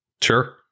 Sure